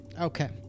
Okay